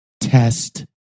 test